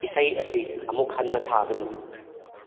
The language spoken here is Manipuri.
ꯏꯁꯩ ꯑꯁꯤ ꯑꯃꯨꯛ ꯍꯟꯅ ꯊꯥꯒꯅꯨ